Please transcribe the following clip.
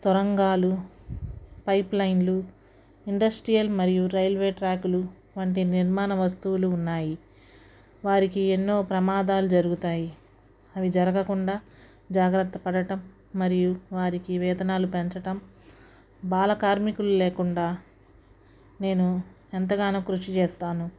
సొరంగాలు పైప్లైన్లు ఇండస్ట్రియల్ మరియు రైల్వే ట్రాక్లు వంటి నిర్మాణ వస్తువులు ఉన్నాయి వారికి ఎన్నో ప్రమాదాలు జరుగుతాయి అవి జరగకుండా జాగ్రత్త పడటం మరియు వారికి వేతనాలు పెంచడం బాల కార్మికులు లేకుండా నేను ఎంతగానో కృషి చేస్తాను